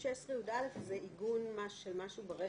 16(יא) זה עיגון של משהו ברכב,